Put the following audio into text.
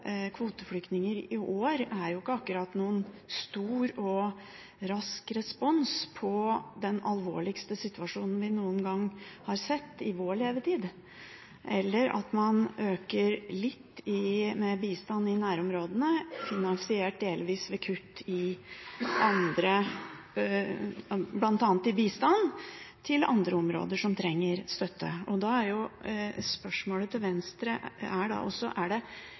kvoteflyktninger i år er ikke akkurat noen stor og rask respons på den alvorligste situasjonen vi har sett i vår levetid – eller at man øker bistanden litt i nærområdene, finansiert delvis ved kutt, bl.a. til bistand, til andre områder som trenger støtte. Da er spørsmålet til Venstre: Var det hensynet til samarbeidsavtalen som gjorde at Venstre valgte å gå inn i denne avtalen? Det som er viktig, er